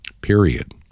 period